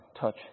touch